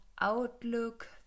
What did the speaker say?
outlook